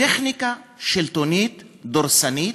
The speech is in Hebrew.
טכניקה שלטונית דורסנית,